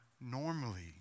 normally